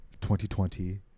2020